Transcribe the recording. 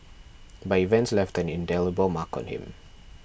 but events left an indelible mark on him